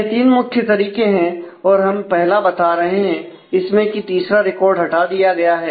यह तीन मुख्य तरीके हैं और हम पहला बता रहे हैं इसमें की तीसरा रिकॉर्ड हटा दिया गया है